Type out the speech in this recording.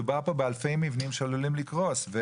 מדובר פה באלפי מבנים שעלולים לקרוס.